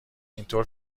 اینطور